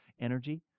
energy